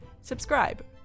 subscribe